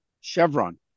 Chevron